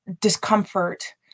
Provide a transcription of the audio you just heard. discomfort